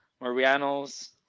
Mariano's